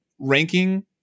ranking